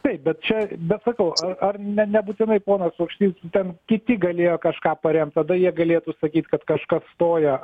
taip bet čia bet sakau ar ne nebūtinai ponas paukštys ten kiti galėjo kažką paremt tada jie galėtų sakyt kad kažkas stoja